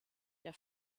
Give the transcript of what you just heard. der